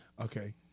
Okay